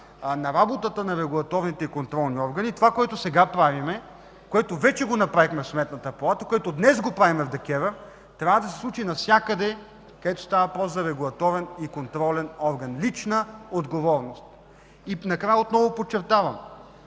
на работата на регулаторните контролни органи, това, което сега правим, което вече го направихме в Сметната палата, което днес правим в ДКЕВР, трябва да се случи навсякъде, където става въпрос за регулаторен и контролен орган – лична отговорност. Накрая отново подчертавам,